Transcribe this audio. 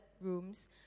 rooms